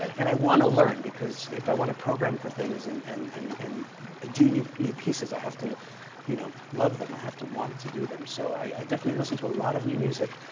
and i want to learn, because if i want to program for things and and and and do new new pieces, i have to you know love them. i have to want to do them. so i definitely listen to a lot of new music.